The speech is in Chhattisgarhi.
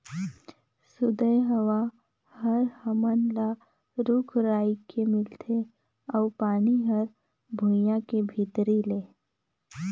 सुदय हवा हर हमन ल रूख राई के मिलथे अउ पानी हर भुइयां के भीतरी ले